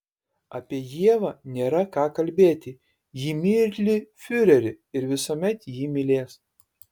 apie ievą nėra ką kalbėti ji myli fiurerį ir visuomet jį mylės